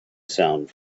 sound